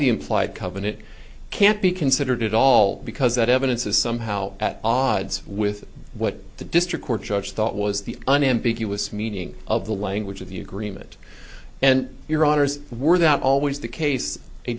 the implied covenant can't be considered at all because that evidence is somehow at odds with what the district court judge thought was the unambiguous meaning of the language of the agreement and your honors were that always the case a